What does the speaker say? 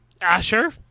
Asher